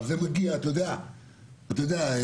אתה יודע,